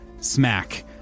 smack